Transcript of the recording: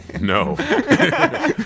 No